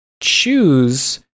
choose